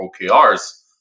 okrs